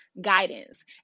guidance